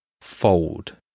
fold